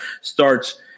starts